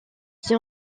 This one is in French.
qui